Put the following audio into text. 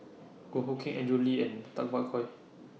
Goh Hood Keng Andrew Lee and Tay Bak Koi